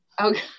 Okay